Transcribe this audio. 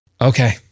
Okay